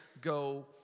go